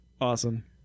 awesome